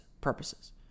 purposes